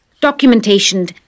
documentation